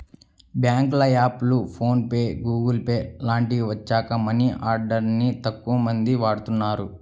బ్యేంకుల యాప్లు, PhonePe, Google Pay లాంటివి వచ్చాక మనీ ఆర్డర్ ని తక్కువమంది వాడుతున్నారు